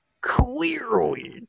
clearly